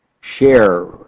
share